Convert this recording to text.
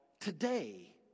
today